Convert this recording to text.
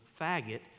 faggot